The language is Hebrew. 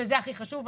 וזה הכי חשוב.